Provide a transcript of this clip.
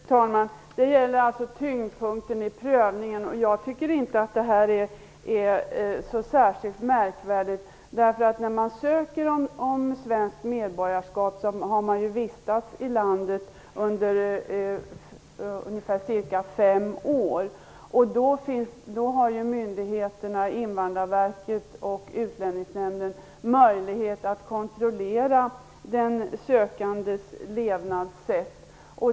Fru talman! Det gäller alltså tyngdpunkten i prövningen, och jag tycker inte att det är så särskilt märkvärdigt. När man söker svenskt medborgarskap har man ju vistats i landet under ca fem år. Då har Invandrarverket och Utlänningsnämnden möjlighet att kontrollera den sökandes levnadssätt.